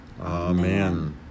amen